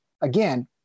again